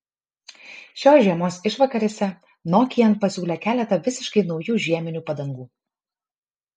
šios žiemos išvakarėse nokian pasiūlė keletą visiškai naujų žieminių padangų